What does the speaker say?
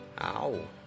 Ow